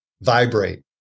vibrate